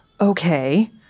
Okay